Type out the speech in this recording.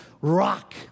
Rock